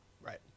right